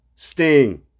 Sting